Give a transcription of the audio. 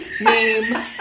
name